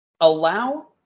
Allow